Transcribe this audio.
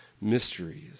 mysteries